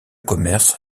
commerce